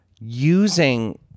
using